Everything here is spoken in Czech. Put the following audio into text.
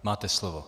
Máte slovo.